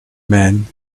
men